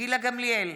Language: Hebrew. גילה גמליאל,